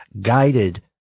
guided